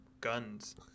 guns